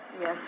Yes